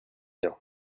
bien